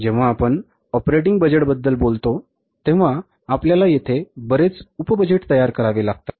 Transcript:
जेव्हा आपण ऑपरेटिंग बजेटबद्दल बोलतो तेव्हा आपल्याला येथे बरेच उप बजेट तयार करावे लागतात